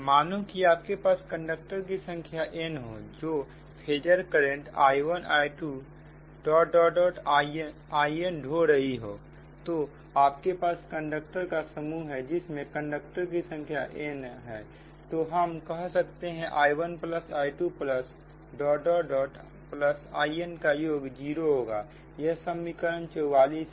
मानों कि आपके पास कंडक्टर की संख्या n हो जो फेजर करंट I1I2In ढो रही होतो आपके पास कंडक्टर का समूह है जिस में कंडक्टर की संख्या n है तो हम कह सकते हैं I1 प्लस I2प्लसप्लसIn का योग जीरो होगा यह समीकरण 44 है